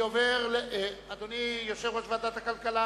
אדוני יושב-ראש ועדת הכלכלה,